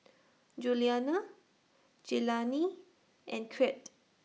Juliana Jelani and Crete